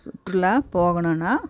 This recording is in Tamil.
சுற்றுலா போகணும்ன்னா